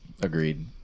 agreed